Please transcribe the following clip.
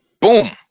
Boom